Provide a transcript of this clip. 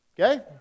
Okay